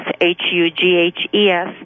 H-U-G-H-E-S